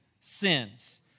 sins